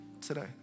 today